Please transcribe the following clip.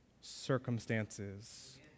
circumstances